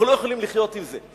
אנחנו לא יכולים לחיות עם זה.